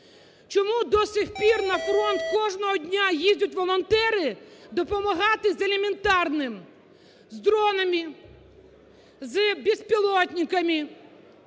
Чому до сих пір на фронт кожного дня їздять волонтери допомагати з елементарним – з дронами, з беспилотниками?